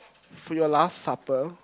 for your last supper